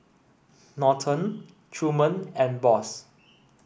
Norton Truman and Boss